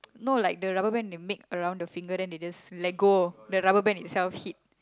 no like the rubber band they make around the finger then they just let go the rubber band itself hit